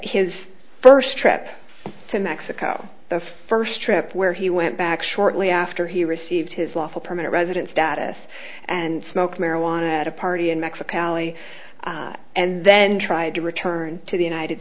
his first trip to mexico the first trip where he went back shortly after he received his lawful permanent resident status and smoked marijuana at a party in mexico and then tried to return to the united